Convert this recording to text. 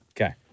okay